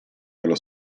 dello